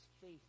faith